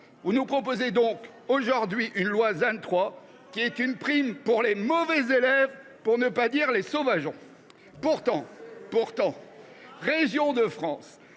Vous nous proposez donc aujourd’hui une loi ZAN 3 qui est une prime pour les mauvais élèves, pour ne pas dire les sauvageons. Eh ben ! Pourtant, les